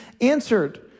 answered